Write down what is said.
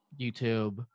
YouTube